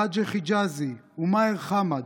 ראג'ח חיג'אזי ומאהר חמאד,